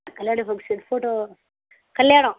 கல்யாண function photo கல்யாணம்